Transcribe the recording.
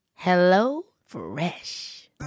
HelloFresh